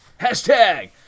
Hashtag